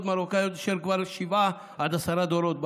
מרוקאיות אשר כבר שבעה עד עשרה דורות בארץ,